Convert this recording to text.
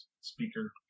speaker